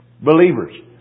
Believers